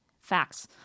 facts